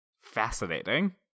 Fascinating